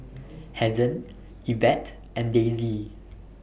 Hazen Evette and Daisy